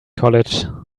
college